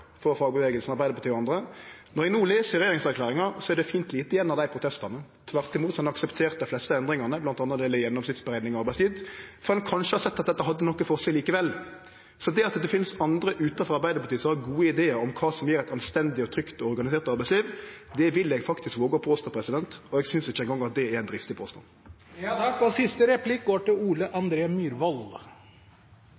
frå fagrøyrsla, Arbeidarpartiet og andre. Når eg no les i regjeringserklæringa, er det fint lite igjen av dei protestane. Tvert imot har ein akseptert dei fleste endringane, bl.a. når det gjeld gjennomsnittsberekning av arbeidstid, fordi ein kanskje har sett at dette hadde noko for seg likevel. Det at det finst andre utanfor Arbeidarpartiet som har gode idear om kva som gjev eit anstendig og trygt organisert arbeidsliv, vil eg faktisk våge å påstå. Eg synest ikkje eingong det er ein dristig påstand. Rotevatn sa at det grønne skiftet må lønne seg. Det er